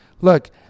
Look